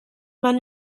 man